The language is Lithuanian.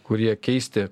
kurie keisti